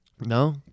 No